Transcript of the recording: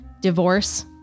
divorce